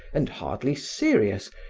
and hardly serious,